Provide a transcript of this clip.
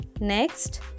Next